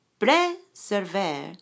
préserver